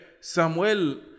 Samuel